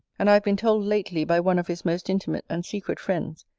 and i have been told lately, by one of his most intimate and secret friends,